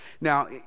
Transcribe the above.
now